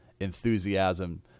enthusiasm